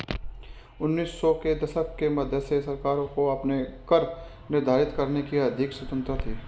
उन्नीस सौ के दशक के मध्य से सरकारों को अपने कर निर्धारित करने की अधिक स्वतंत्रता थी